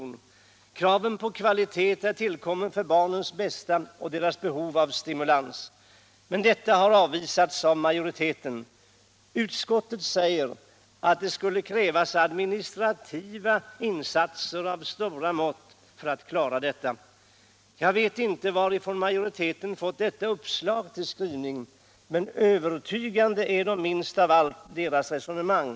Kravet på kvalitet är tillkommet för barnens bästa och deras behov av stimulans. Men detta har avvisats av majoriteten. Utskottet säger att det skulle krävas administrativa insatser av stora mått för att klara detta. Jag vet inte varifrån majoriteten fått detta uppslag till skrivning. Men övertygande är inte dess resonemang.